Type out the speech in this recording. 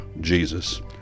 Jesus